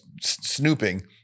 snooping